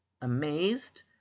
amazed